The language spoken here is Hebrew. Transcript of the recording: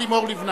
ליברמן.